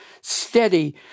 steady